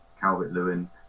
Calvert-Lewin